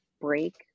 break